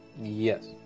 Yes